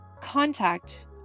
contact